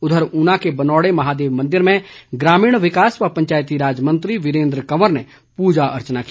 उधर ऊना के बनौड़े महादेव मंदिर में ग्रामीण विकास व पंचायतीराज मंत्री वीरेंद्र कंवर ने पूजा अर्चना की